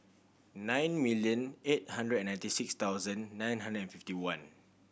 nine million eight hundred and ninety six thousand nine hundred and fifty one